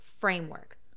framework